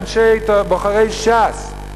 בוחרי ש"ס,